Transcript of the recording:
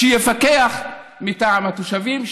שיפקח מטעם התושבים,